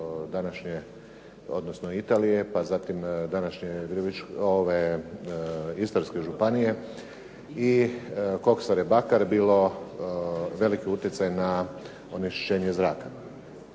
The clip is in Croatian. odnosno Italije, pa zatim današnje Istarske županije i koksare Bakar bilo veliki utjecaj na onečišćenje zraka.